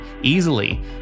easily